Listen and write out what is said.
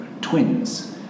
twins